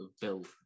built